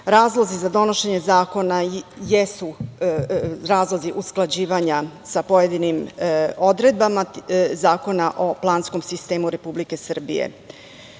Razlozi za donošenje zakona jesu razlozi usklađivanja sa pojedinim odredbama Zakona o planskom sistemu Republike Srbije. Ono